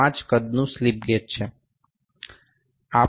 005 કદનું slip gauge છે